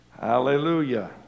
hallelujah